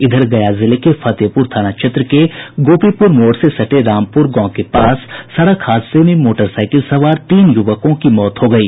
इधर गया जिले के फतेहपुर थाना क्षेत्र के गोपीपुर मोड़ से सटे रामपुर गांव के पास सड़क हादसे में मोटरसाइकिल सवार तीन युवकों की मौत हो गयी